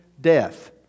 death